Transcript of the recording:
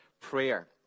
prayer